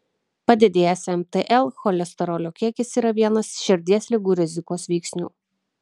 padidėjęs mtl cholesterolio kiekis yra vienas širdies ligų rizikos veiksnių